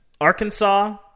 Arkansas